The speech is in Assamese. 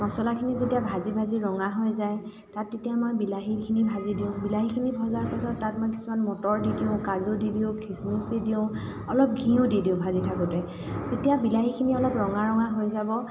মচলাখিনি যেতিয়া ভাজি ভাজি ৰঙা হৈ যায় তাত তেতিয়া মই বিলাহীখিনি ভাজি দিওঁ বিলাহীখিনি ভজাৰ পাছত তাত মই কিছুমান মটৰ দি দিওঁ কাজু দি দিওঁ খিচমিচ দি দিওঁ অলপ ঘিউ দি দিওঁ ভাজি থাকোঁতে যেতিয়া বিলাহীখিনি অলপ ৰঙা ৰঙা হৈ যাব